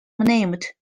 named